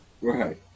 Right